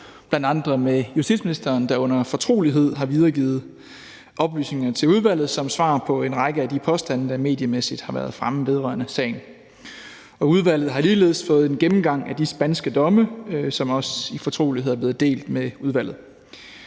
bl.a. med justitsministeren, der under fortrolighed har videregivet oplysninger til udvalget som svar på en række af de påstande, der mediemæssigt har været fremme vedrørende sagen. Udvalget har ligeledes fået en gennemgang af de spanske domme, som også i fortrolighed er blevet delt med udvalget.